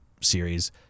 series